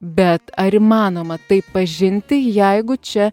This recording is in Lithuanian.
bet ar įmanoma tai pažinti jeigu čia